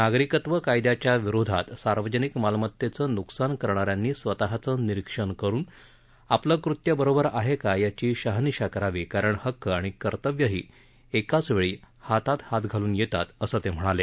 नागरिकत्व कायद्याच्या विरोधात सार्वजनिक मालमत्तेचं न्कसान करणाऱ्यांनी स्वतःचं निरीक्षण करुन आपलं कृत्य बरोबर आहे का याची शहानिशा करावी कारण हक्क आणि कर्तव्यही एकाच वेळी हातात हात घालून येतात असं ते म्हणाले